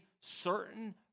certain